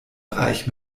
reich